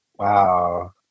wow